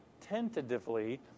tentatively